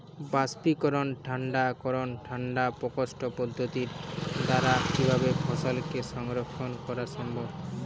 বাষ্পীকরন ঠান্ডা করণ ঠান্ডা প্রকোষ্ঠ পদ্ধতির দ্বারা কিভাবে ফসলকে সংরক্ষণ করা সম্ভব?